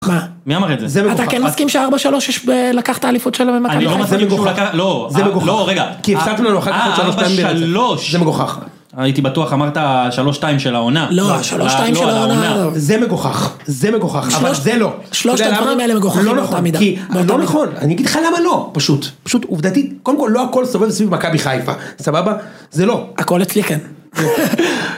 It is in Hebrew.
מה? מי אמר את זה? אתה כן מסכים שהארבע שלוש לקח את האליפות שלו במכבי חיפה? אני לא מסכים עם מגוחך, לא, זה מגוחך, לא רגע, כי הפסקנו לו אחר כך עוד שלוש פעמים ברצפים, אה ארבע שלוש. זה מגוחך. הייתי בטוח אמרת שלוש שתיים של העונה. לא, שלוש שתיים של העונה. זה מגוחך, זה מגוחך, אבל זה לא. שלושת הדברים האלה מגוחכים אותה מידה. לא נכון, אני אגיד לך למה לא, פשוט, פשוט עובדתי, קודם כל לא הכל סובב סביב מכבי חיפה, סבבה? זה לא. הכל אצלי כן.